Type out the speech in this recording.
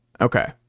Okay